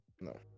No